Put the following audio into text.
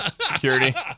security